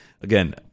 again